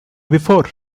before